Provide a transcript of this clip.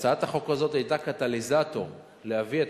הצעת החוק הזו היתה קטליזטור להביא את